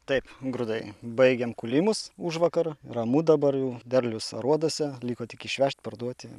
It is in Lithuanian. taip grūdai baigėm kūlimus užvakar ramu dabar jau derlius aruoduose liko tik išvežt parduoti